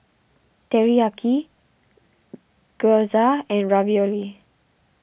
Teriyaki Gyoza and Ravioli